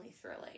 thrilling